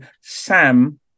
sam